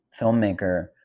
filmmaker